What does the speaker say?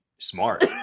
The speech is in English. Smart